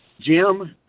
Jim